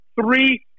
three